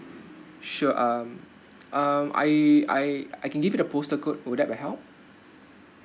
sure um um I I I can give you the postal code would that be helped